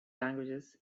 languages